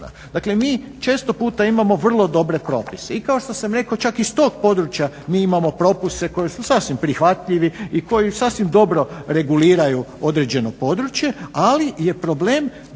Dakle mi često puta imamo vrlo dobre propise i kao što sam rekao, čak iz tog područja mi imamo propise koji su sasvim prihvatljivi i koji sasvim dobro reguliraju određeno područje ali je problem